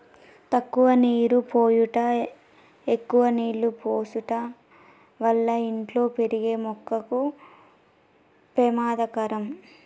తక్కువ నీరు పోయుట ఎక్కువ నీళ్ళు పోసుట వల్ల ఇంట్లో పెరిగే మొక్కకు పెమాదకరం